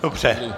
Dobře.